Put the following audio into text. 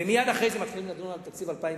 ומייד אחרי זה מתחילים לדון על תקציב 2010,